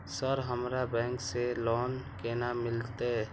Sir हमरा bank से loan केना मिलते?